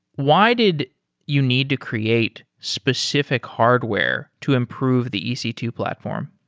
why did you need to create specific hardware to improve the e c two platform?